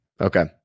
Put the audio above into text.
Okay